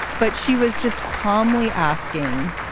but she was just calmly asking,